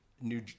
new